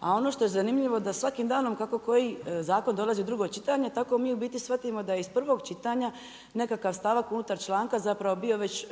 a ono što je zanimljivo da svakim danom kako koji zakon dolazi u drugo čitanje, tako mi u biti shvatimo da iz prvog čitanja nekakav stavak unutar članka zapravo bio već